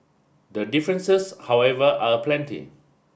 the differences however are aplenty